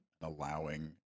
allowing